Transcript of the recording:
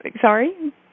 Sorry